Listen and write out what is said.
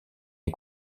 est